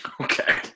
Okay